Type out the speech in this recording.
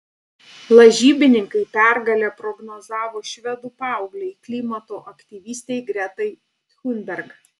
lažybininkai pergalę prognozavo švedų paauglei klimato aktyvistei gretai thunberg